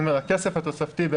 הכסף התוספתי,